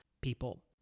people